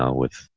ah with,